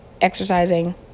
Exercising